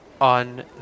on